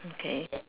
okay